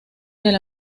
del